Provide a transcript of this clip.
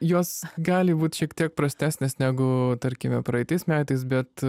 jos gali būt šiek tiek prastesnės negu tarkime praeitais metais bet